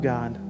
God